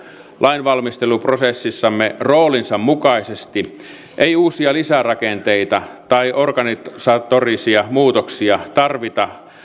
lainvalmisteluprosessissamme roolinsa mukaisesti ei uusia lisärakenteita tai organisatorisia muutoksia tarvita